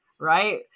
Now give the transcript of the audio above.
right